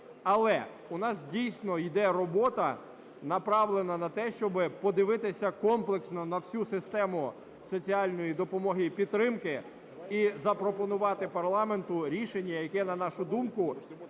Але у нас, дійсно, іде робота, направлена на те, щоб подивитися комплексно на всю систему соціальної допомоги і підтримки, і запропонувати парламенту рішення, яке, на нашу думку,